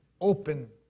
open